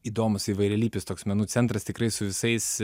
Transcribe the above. įdomus įvairialypis toks menų centras tikrai su visais